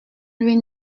louis